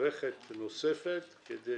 מערכת נוספת כדי